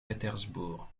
pétersbourg